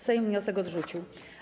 Sejm wniosek odrzucił.